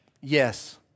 Yes